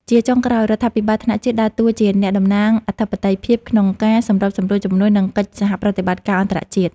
ជាចុងក្រោយ រដ្ឋាភិបាលថ្នាក់ជាតិដើរតួជាអ្នកតំណាងអធិបតេយ្យភាពក្នុងការសម្របសម្រួលជំនួយ និងកិច្ចសហប្រតិបត្តិការអន្តរជាតិ។